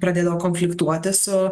pradėdavo konfliktuoti su